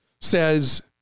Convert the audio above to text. says